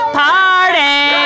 party